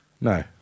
No